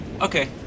okay